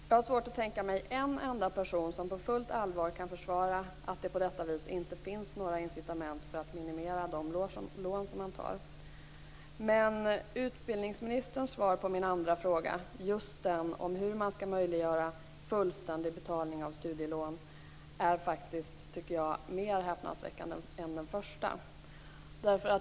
Jag har svårt att tänka mig en enda person som på fullt allvar kan försvara att det på detta vis inte finns några incitament för att minimera de lån som man tar. Utbildningsministerns svar på min andra fråga, just den om hur man skall möjliggöra fullständig betalning av studielån, är faktiskt mer häpnadsväckande än det första.